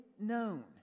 known